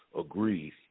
Agreed